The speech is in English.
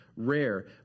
Rare